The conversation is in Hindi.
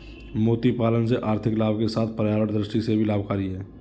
मोती पालन से आर्थिक लाभ के साथ पर्यावरण दृष्टि से भी लाभकरी है